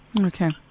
Okay